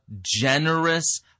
generous